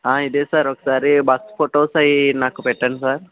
ఆ ఇదే సార్ ఒకసారి బస్సు ఫోటోస్ అవి నాకు పెట్టండి సార్